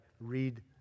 read